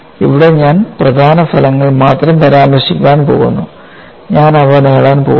ഇവിടെ ഞാൻ പ്രധാന ഫലങ്ങൾ മാത്രം പരാമർശിക്കാൻ പോകുന്നു ഞാൻ അവ നേടാൻ പോകുന്നില്ല